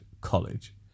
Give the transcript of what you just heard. college